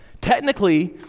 Technically